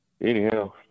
anyhow